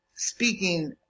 Speaking